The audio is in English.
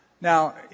Now